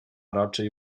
raczej